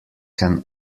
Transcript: can